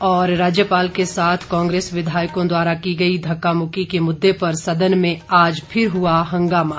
और राज्यपाल के साथ कांग्रेस विधायकों द्वारा की गई धक्का मुक्की के मुद्दे पर सदन में आज फिर हुआ हंगामा